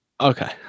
Okay